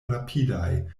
rapidaj